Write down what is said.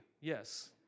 yes